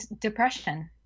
depression